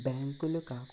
బ్యాంకులో కాకుండా